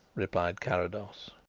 replied carrados.